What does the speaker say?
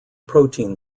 protein